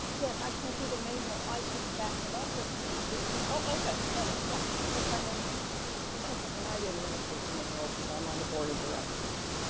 yes, i can't do the main role. i can back him up if need be. oh, okay okay. yeah since i know yeah that's okay. and i didn't want to take the main role cause i'm on the board of directors.